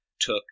took